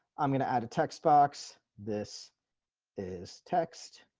i'm going to add a text box. this is text.